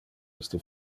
iste